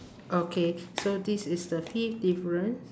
okay so this is the fifth difference